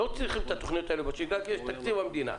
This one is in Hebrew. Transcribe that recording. לא צריך את התוכניות האלה בשגרה כי יש את תקציב המדינה.